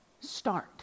start